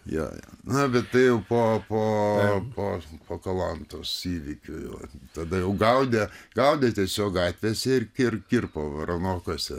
jo jo na bet tai jau po po po po kalantos įvykių jo tada jau gaudė gaudė tiesiog gatvėse ir kir kirpo varanokuose